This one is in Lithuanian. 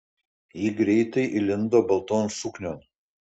ji greitai įlindo balton suknion